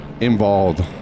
Involved